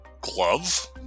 Glove